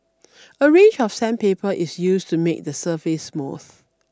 a range of sandpaper is used to make the surface smooth